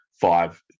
five